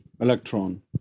electron